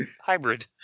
hybrid